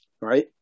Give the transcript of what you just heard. right